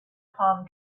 palm